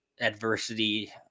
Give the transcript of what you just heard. adversity